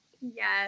Yes